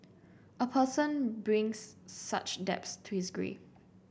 a person brings such debts to his grave